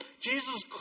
Jesus